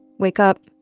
wake up,